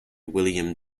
william